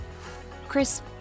Chris